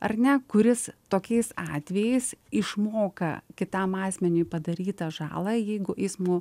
ar ne kuris tokiais atvejais išmoka kitam asmeniui padarytą žalą jeigu eismo